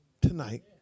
tonight